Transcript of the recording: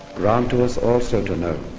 grant to us also to know,